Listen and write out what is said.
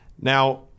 Now